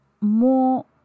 more